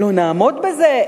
לא נעמוד בזה,